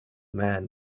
man